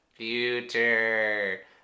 Future